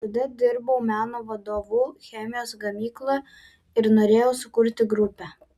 tada dirbau meno vadovu chemijos gamykloje ir norėjau sukurti grupę